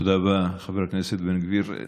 תודה רבה, חבר הכנסת בן גביר.